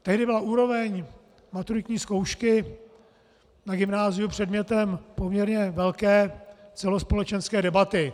Tehdy byla úroveň maturitní zkoušky na gymnáziu předmětem poměrně velké celospolečenské debaty.